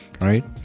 Right